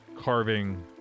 carving